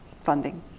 funding